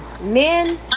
Men